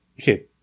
Okay